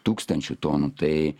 tūkstančių tonų tai